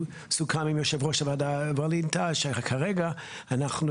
סוכם עם יושב-ראש הוועדה ווליד טאהא שכרגע אנחנו